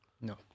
no